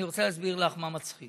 אני רוצה להסביר לך מה מצחיק.